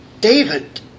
David